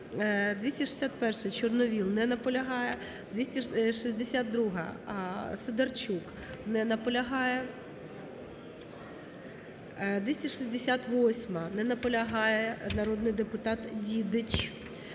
261-а, Чорновол. Не наполягає. 262-а, Сидорчук. Не наполягає. 268-а не наполягає народний депутат Дідич.